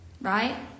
Right